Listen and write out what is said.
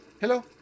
Hello